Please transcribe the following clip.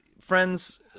Friends